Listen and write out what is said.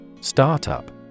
Startup